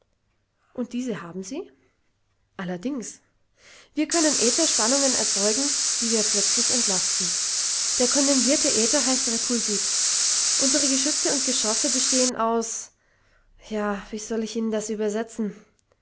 und diese haben sie allerdings wir können ätherspannungen erzeugen die wir plötzlich entlasten der kondensierte äther heißt repulsit unsere geschütze und geschosse bestehen aus ja wie soll ich ihnen das übersetzen